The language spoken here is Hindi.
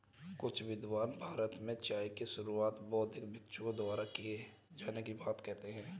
कुछ विद्वान भारत में चाय की शुरुआत बौद्ध भिक्षुओं द्वारा किए जाने की बात कहते हैं